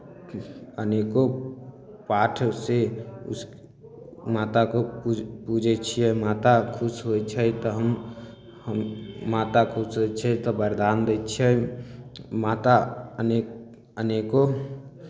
अनेको पाठसँ उसके माताको पूज पूजै छियै माता खुश होइ छै तऽ हम माता खुश होइ छै तऽ वरदान दै छै माता अनेक अनेको